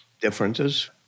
differences